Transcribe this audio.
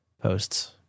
posts